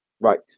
Right